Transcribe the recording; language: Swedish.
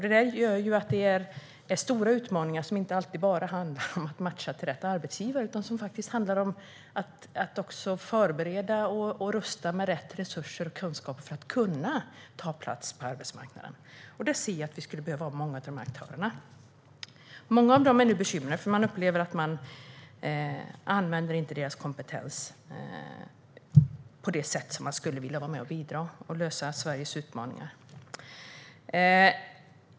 Det gör att vi står inför stora utmaningar, som inte alltid bara handlar om att matcha med rätt arbetsgivare utan också om att förbereda och rusta med rätt resurser och kunskap för att denna grupp ska kunna ta plats på arbetsmarknaden. Där ser jag att vi skulle behöva ha många av de här aktörerna. Många av dem är nu bekymrade, för de upplever att deras kompetens inte används så som de skulle vilja så att de kan vara med och bidra till att lösa Sveriges utmaningar.